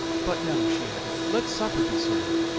but now, she added, let supper be served,